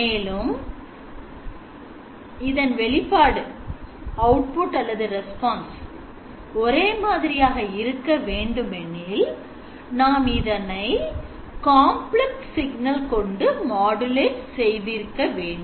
மேலும் நமது வெளிப்பாடு ஒரே மாதிரியாக இருக்க வேண்டுமெனில் நாம் அதனை complex வைத்துக்கொள்ளலாம்